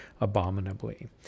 abominably